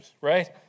right